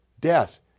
death